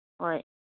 ꯍꯣꯏ